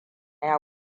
ya